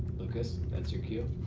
lucas that's your que.